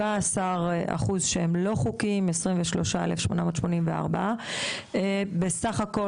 17% שהם לא חוקיים 23,884. בסך הכל